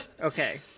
Okay